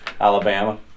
alabama